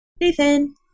Nathan